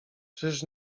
czyż